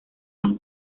más